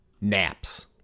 Naps